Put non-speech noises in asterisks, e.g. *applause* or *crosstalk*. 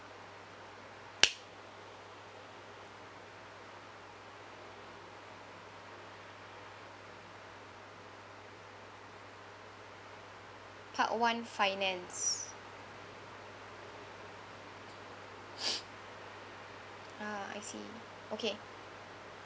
part one finance *noise* ah I see okay